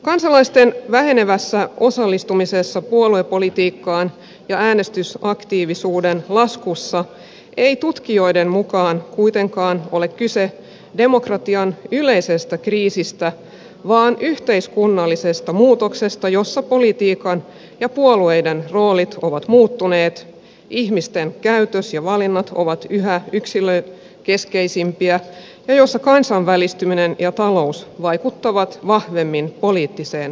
kansalaisten vähenevässä osallistumisessa puoluepolitiikkaan ja äänestysaktiivisuuden laskussa ei tutkijoiden mukaan kuitenkaan ole kyse demokratian yleisestä kriisistä vaan yhteiskunnallisesta muutoksesta jossa politiikan ja puolueiden roolit ovat muuttuneet ihmisten käytös ja valinnat ovat yhä yksilökeskeisempiä ja jossa kansainvälistyminen ja talous vaikuttavat vahvemmin poliittiseen agendaan